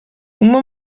uma